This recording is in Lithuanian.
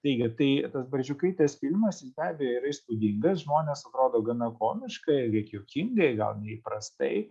taigi tai tas barzdžiukaitės filmas jis be abejo yra įspūdingas žmonės atrodo gana komiškai kiek juokingai gal neįprastai